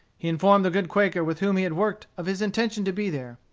he informed the good quaker with whom he had worked of his intention to be there.